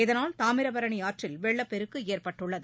இதனால் தாமிரபரணி ஆற்றில் வெள்ளபெருக்கு ஏற்பட்டுள்ளது